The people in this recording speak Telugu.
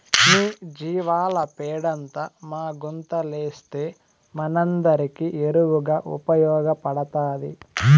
మీ జీవాల పెండంతా మా గుంతలేస్తే మనందరికీ ఎరువుగా ఉపయోగపడతాది